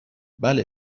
بله